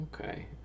Okay